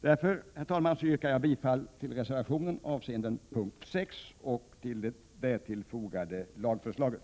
Därför, herr talman, yrkar jag bifall till reservationen avseende punkt 6 och till det därtill fogade lagförslaget.